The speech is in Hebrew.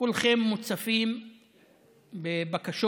כולכם מוצפים בבקשות